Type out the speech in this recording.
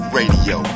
Radio